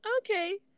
Okay